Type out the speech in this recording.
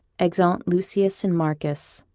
exeunt lucius and marcus